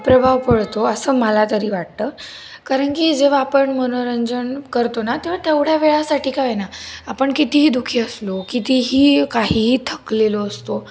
प्रभाव पडतो असं मला तरी वाटतं कारण की जेव्हा आपण मनोरंजन करतो ना तेव्हा तेवढ्या वेळासाठी का होईना आपण कितीही दुःखी असलो कितीही काहीही थकलेलो असतो